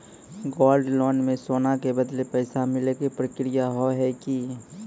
Gold loan मे सोना के बदले पैसा मिले के प्रक्रिया हाव है की?